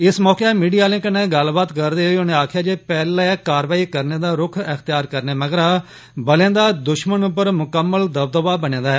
इस मौके मीडिया आलें कन्नै गल्लबात करदे होई आक्खेआ जे पैहले कारवाई करने दा रूख एख्तेआर करने मगरा बलें दा दुश्मन पर मुक्कमल दबदबा बने दा ऐ